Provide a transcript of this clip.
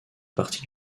partie